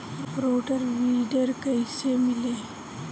Rotor weeder कईसे मिले?